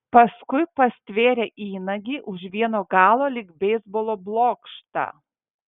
paskui pastvėrė įnagį už vieno galo lyg beisbolo blokštą